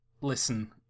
listen